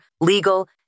legal